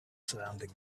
surrounding